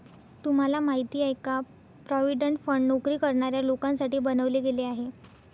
तुम्हाला माहिती आहे का? प्रॉव्हिडंट फंड नोकरी करणाऱ्या लोकांसाठी बनवले गेले आहे